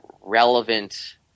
relevant